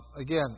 Again